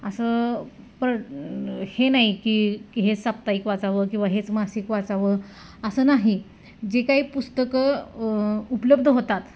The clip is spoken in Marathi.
असं पर हे नाही की हेच साप्ताहिक वाचावं किंवा हेच मासिक वाचावं असं नाही जी काही पुस्तकं उपलब्ध होतात